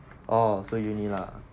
oh so uni lah